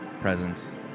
presence